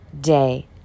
day